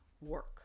work